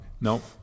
Nope